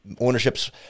ownership's